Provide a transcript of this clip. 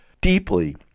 deeply